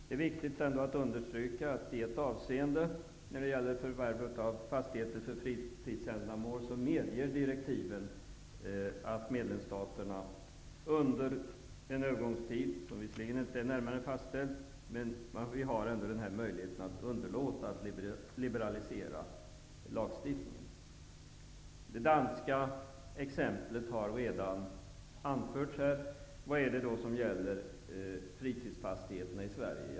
Det är viktigt att understryka att i ett avseende, när det gäller förvärv av fastigheter för fritidsändamål, medger direktivet att medlemsstaterna under en övergångstid, som visserligen inte är närmare fastställd, underlåter att liberalisera lagstiftningen. Det danska exemplet har redan anförts här. Vad är det då det gäller i fråga om fritidsfastigheterna i Sverige?